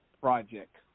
Project